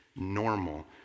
normal